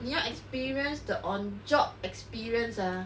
你要 experience the on job experience ah